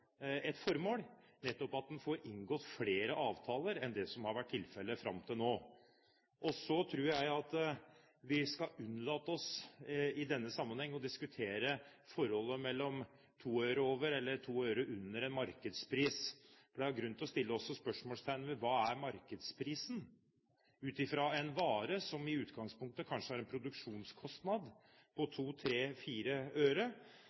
et formål, nettopp at en får inngått flere avtaler enn det som har vært tilfellet fram til nå. Så tror jeg at vi i denne sammenheng skal unnlate å diskutere forholdet mellom 2 øre over eller 2 øre under markedspris. Det er også grunn til å sette spørsmålstegn ved hva som er markedspris ut fra en vare som i utgangspunktet kanskje har en produksjonskostnad på 2 øre,